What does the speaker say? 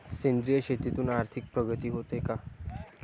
सेंद्रिय शेतीतून आर्थिक प्रगती होते का?